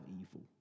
evil